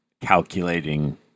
calculating